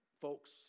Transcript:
folks